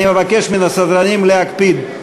אני מבקש מהסדרנים להקפיד.